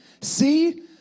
See